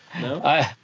No